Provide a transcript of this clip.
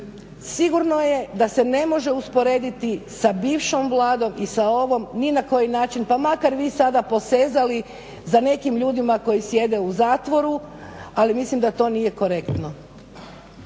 Sigurno je da se ne može usporediti sa bivšom vladom i sa ovom ni na koji način pa makar vi sada posezali za nekim ljudima koji sjede u zatvoru ali mislim da to nije korektno.